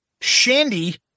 Shandy